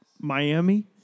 Miami